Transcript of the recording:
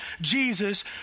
Jesus